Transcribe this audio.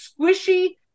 squishy